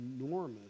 enormous